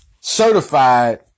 certified